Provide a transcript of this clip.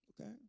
Okay